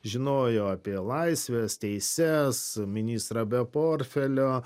žinojo apie laisves teises ministrą be portfelio